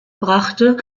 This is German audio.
brachte